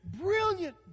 brilliant